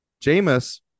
Jameis